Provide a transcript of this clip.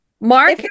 Mark